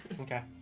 Okay